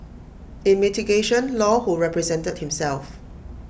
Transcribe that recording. in mitigation law who represented himself